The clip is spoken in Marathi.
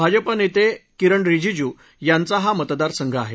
भाजपाचे नेते किरण रिजीजु यांचा हा मतदारसंघ आहे